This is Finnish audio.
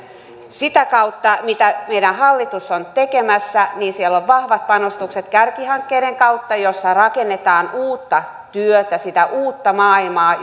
sitä kautta mitä meidän hallitus on tekemässä siellä on vahvat panostukset kärkihankkeiden kautta joissa rakennetaan uutta työtä sitä uutta maailmaa